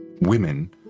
women